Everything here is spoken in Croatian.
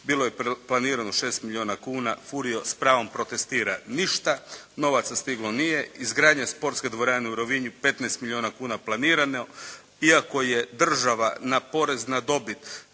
bilo je planirano 6 milijuna kuna. Furio s pravom protestira, ništa novaca stiglo nije. Izgradnja sportske dvorane u Rovinju 15 milijuna kuna planirano iako je država na porez na dobit